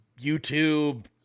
YouTube